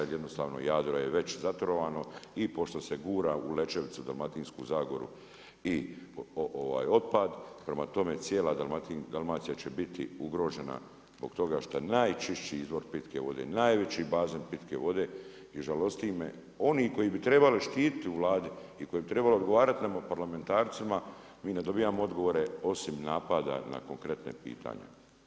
Jednostavno Jadro je već zatrovano i pošto se gura u Lečevcu, Dalmatinsku zagoru i otpad, prema tome cijela Dalmacija će biti ugrožena zbog toga što je najčišći izvor pitke vode, najveći bazen pitke vode i žalosti me oni koji bi trebali štititi u Vladi i koji bi trebali odgovarati nama parlamentarcima mi ne dobijamo odgovore osim napada na konkretna pitanja.